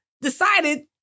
decided